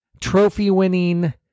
trophy-winning